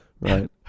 Right